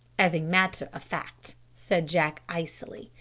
as a matter of fact, said jack icily,